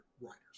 writers